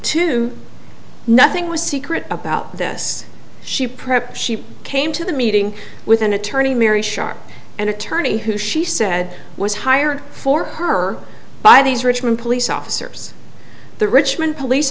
two nothing was secret about this she prep she came to the meeting with an attorney mary sharp an attorney who she said was hired for her by these richmond police officers the richmond police